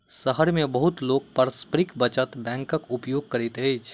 शहर मे बहुत लोक पारस्परिक बचत बैंकक उपयोग करैत अछि